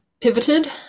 pivoted